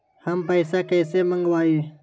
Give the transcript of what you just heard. हम पैसा कईसे मंगवाई?